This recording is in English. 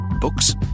Books